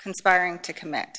conspiring to commit